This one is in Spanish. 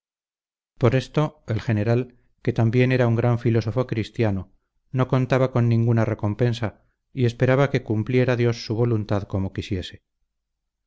por esto el general que también era un gran filósofo cristiano no contaba con ninguna recompensa y esperaba que cumpliera dios su voluntad como quisiese